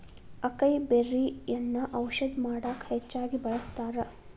ಅಕೈಬೆರ್ರಿಯನ್ನಾ ಔಷಧ ಮಾಡಕ ಹೆಚ್ಚಾಗಿ ಬಳ್ಸತಾರ